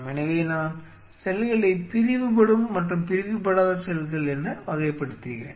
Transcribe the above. எனவே நான் செல்களை பிரிவுபடும் மற்றும் பிரிவுபடாத செல்கள் என வகைப்படுத்துகிறேன்